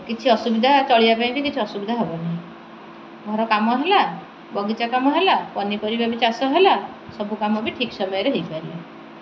କିଛି ଅସୁବିଧା ଚଳିବା ପାଇଁ ବି କିଛି ଅସୁବିଧା ହେବ ନାହିଁ ଘର କାମ ହେଲା ବଗିଚା କାମ ହେଲା ପନିପରିବା ବି ଚାଷ ହେଲା ସବୁ କାମ ବି ଠିକ୍ ସମୟରେ ହୋଇପାରିବ